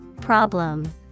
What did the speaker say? Problem